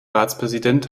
ratspräsident